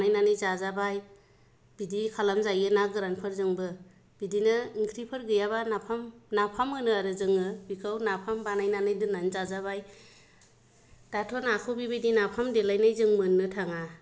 बानायनानै जाजाबाय बिदि खालामजायो ना गोरानफोरजोंबो बिदिनो ओंख्रिफोर गैयाबा नाफाम नाफाम होनो आरो जोंङो बेखौ नाफाम बानायनैना दोननानै जाजाबाय दाथ' नाखौ बिदि नाखौ नाफाम देलायनाय जों मोननो नो थाङा